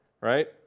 Right